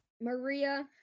Maria